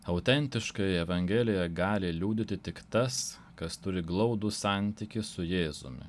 autentiškai evangeliją gali liudyti tik tas kas turi glaudų santykį su jėzumi